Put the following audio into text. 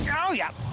yeah oh, yep.